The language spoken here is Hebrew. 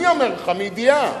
אני אומר לך, מידיעה,